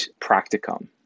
practicum